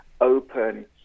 open